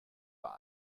five